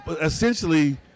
essentially